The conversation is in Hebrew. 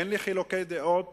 אין לי חילוקי דעות